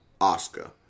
Oscar